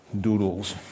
doodles